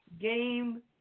game